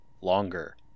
longer